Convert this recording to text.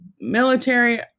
military